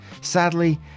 Sadly